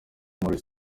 maurice